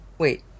Wait